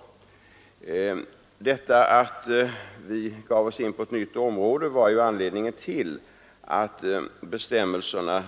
Det var ju det förhållandet att vi gav oss in på ett nytt område som var anledningen till att bestämmelserna